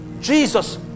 Jesus